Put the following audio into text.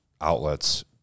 outlets